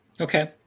Okay